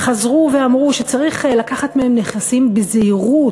חזרו ואמרו שצריך לקחת מהם נכסים בזהירות,